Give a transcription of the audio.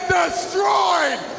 destroyed